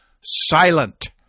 silent